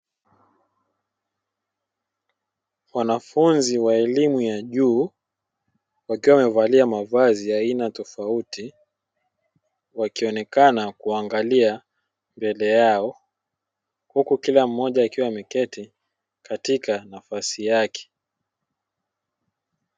Wanafunzi wa elimu ya juu, wakiwa wamevalia mavazi ya aina tofauti, wakionekana kuangalia mbele yao huku kila mmoja akiwa ameketi katika nafasi yake.